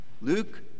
Luke